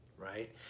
Right